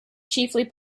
chiefly